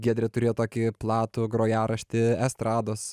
giedrė turėjo tokį platų grojaraštį estrados